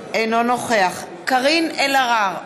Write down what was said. אינו נוכח קארין אלהרר,